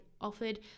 offered